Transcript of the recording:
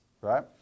right